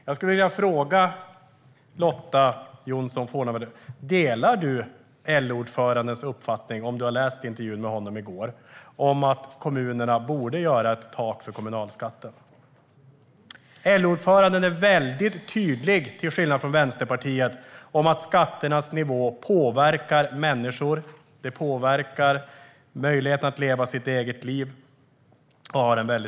Jag skulle vilja fråga Lotta Johnsson Fornarve om hon har läst gårdagens intervju med LO:s ordförande och om hon delar hans uppfattning att kommunerna borde göra ett tak för kommunalskatten. LO-ordföranden är mycket tydlig, till skillnad från Vänsterpartiet, om att skatternas nivå påverkar människors möjligheter att leva sina egna liv.